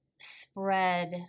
spread